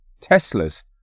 Teslas